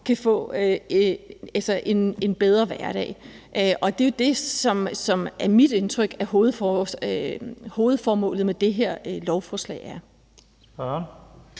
kan få en bedre hverdag. Det er det jo mit indtryk er hovedformålet med det her lovforslag.